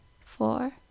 four